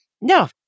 no